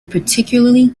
particularly